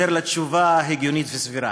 לתשובה הגיונית וסבירה.